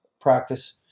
practice